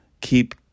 keep